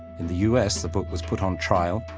in the u s, the book was put on trial,